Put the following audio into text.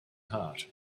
heart